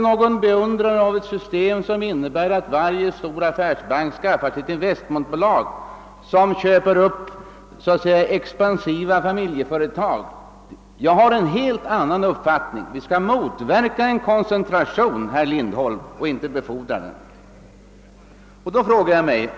Jag är icke vän av ett system som innebär att varje stor affärsbank skaffar sig investmentbolag som köper upp en rad expansiva familjeföretag. Jag har en helt annan uppfattning; vi skall motverka en koncentration, herr Lindholm, inte befordra den.